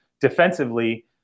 defensively